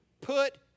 put